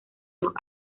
los